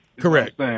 Correct